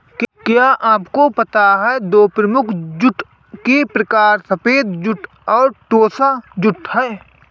क्या आपको पता है दो मुख्य जूट के प्रकार सफ़ेद जूट और टोसा जूट है